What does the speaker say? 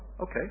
Okay